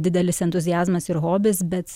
didelis entuziazmas ir hobis bet